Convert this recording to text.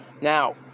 Now